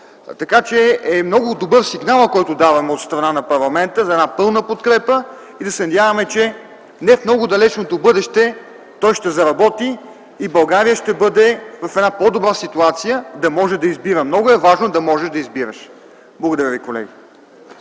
така че е много добър сигналът, който даваме от страна на парламента, за пълна подкрепа. Да се надяваме, че в немного далечното бъдеще той ще заработи и България ще бъде в по-добра ситуация, за да може да избира. Много е важно да можеш да избираш! (Реплика